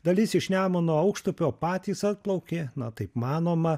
dalis iš nemuno aukštupio patys atplaukė na taip manoma